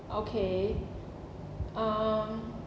okay um